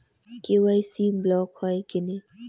KYC block হয় কেনে?